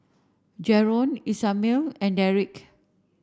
Jaron Ishmael and Derik